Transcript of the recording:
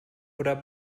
oder